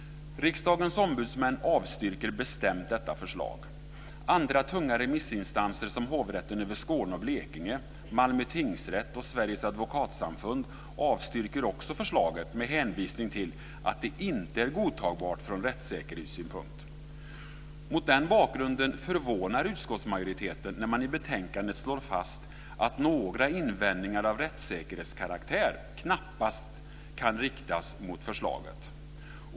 Riksdagens ombudsmän avstyrker bestämt detta förslag. Andra tunga remissinstanser som Hovrätten över Skåne och Blekinge, Malmö tingsrätt och Sveriges advokatsamfund avstyrker också förslaget med hänvisning till att det inte är godtagbart ur rättssäkerhetssynpunkt. Mot den bakgrunden förvånar utskottsmajoriteten när man i betänkandet slår fast att några invändningar av rättssäkerhetskaraktär knappast kan riktas mot förslaget.